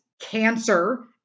cancer